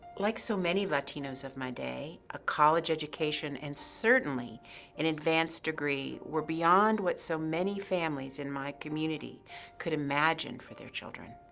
like so many latinos of my day, a college education, and certainly an advanced degree were beyond what so many families in my community could imagine for their children.